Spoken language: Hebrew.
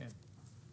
בסדר.